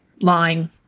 lying